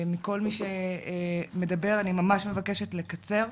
מכל מי שמדבר, אני ממש מבקשת לקצר.